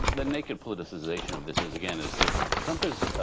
the naked politicization of this is again is the trump is,